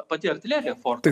pati artilerija fortui